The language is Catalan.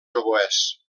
oboès